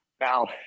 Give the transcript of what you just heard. Now